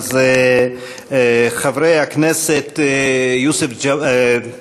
אז חברי הכנסת יוסף ג'בארין,